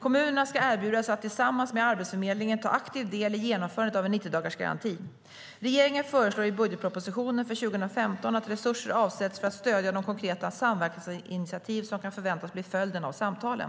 Kommunerna ska erbjudas att tillsammans med Arbetsförmedlingen ta aktiv del i genomförandet av 90-dagarsgarantin. Regeringen föreslår i budgetpropositionen för 2015 att resurser avsätts för att stödja de konkreta samverkansinitiativ som förväntas bli följden av samtalen.